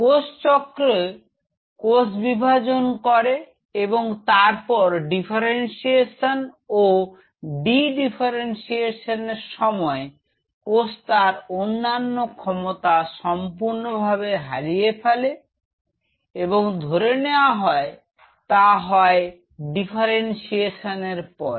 কোষ চক্র কোষ বিভাজন করে এবং তারপর ডিফারেন্সিয়েশন ও ডিফারেন্সিয়েশন এর সময় কোষ তার অন্যান্য ক্ষমতা সম্পূর্ণভাবে হারিয়ে ফেলে এবং ধরে নেয়া হয় তা হয় ডিফারেন্সিয়েশন এর পরে